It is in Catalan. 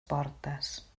portes